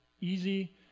easy